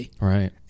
Right